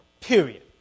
period